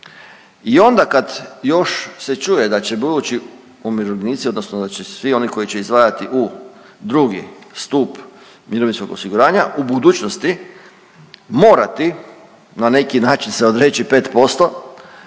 I onda kad još se čuje da će budući umirovljenici odnosno da će svi oni koji će izdvajati u II. stup mirovinskog osiguranja u budućnosti morati na neki način se odreći 5%